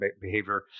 behavior